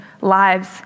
lives